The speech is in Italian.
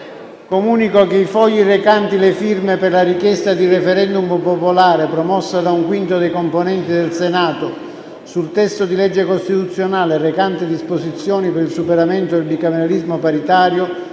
Comunico che i fogli recanti le firme per la richiesta di *referendum* popolare promosso da un quinto dei componenti del Senato sul testo di legge costituzionale recante «Disposizioni per il superamento del bicameralismo paritario,